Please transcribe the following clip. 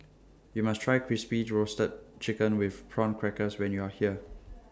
YOU must Try Crispy Roasted Chicken with Prawn Crackers when YOU Are here